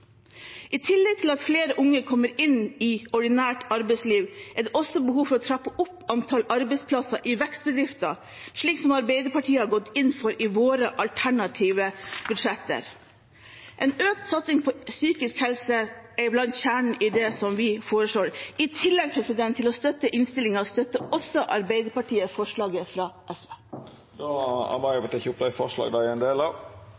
I tillegg til at flere unge kommer inn i ordinært arbeidslivet er det også behov for å trappe opp antallet arbeidsplasser i vekstbedriftene, slik som Arbeiderpartiet har gått inn for i våre alternative budsjetter. Økt satsing på psykisk helse er blant kjerne i det vi foreslår. I tillegg til å støtte innstillingen, vil jeg også ta opp forslaget